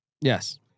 Yes